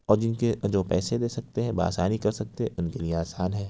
اور جن کے جو پیسے دے سکتے ہیں بآسانی کر سکتے ان کے لیے آسان ہے